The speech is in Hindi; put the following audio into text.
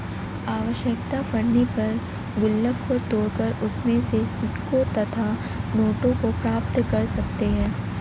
आवश्यकता पड़ने पर गुल्लक को तोड़कर उसमें से सिक्कों तथा नोटों को प्राप्त कर सकते हैं